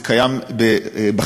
זה קיים בחינוך,